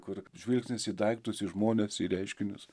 kur žvilgsnis į daiktus į žmones į reiškinius